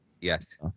Yes